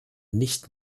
nicht